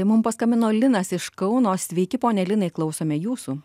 mum paskambino linas iš kauno sveiki pone linai klausome jūsų